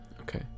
Okay